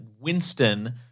Winston